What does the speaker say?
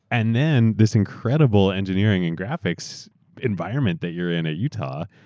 and then this incredible engineering and graphics environment that you're in at utah.